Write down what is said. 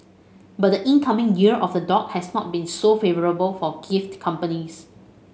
but the incoming Year of the Dog has not been so favourable for gift companies